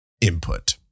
input